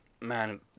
man